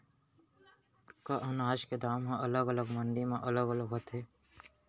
का अनाज के दाम हा अलग अलग मंडी म अलग अलग होथे?